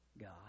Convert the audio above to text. God